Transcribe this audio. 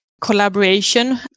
collaboration